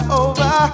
over